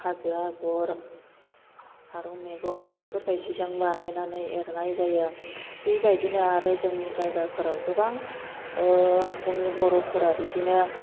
हाजो आग'र फारौ मेगन बेफोरबादिजों बानायनानै एरनाय जायो बेबायदिनो आरो जोंनि जायगाफोराव गोबां जोंनि बर'फोरा बिदिनो